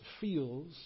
feels